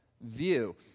view